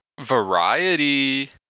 Variety